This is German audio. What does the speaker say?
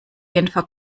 genfer